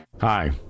Hi